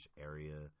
area